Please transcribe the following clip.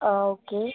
ആ ഓക്കെ